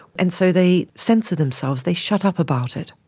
and so they censor themselves, they shut up about it.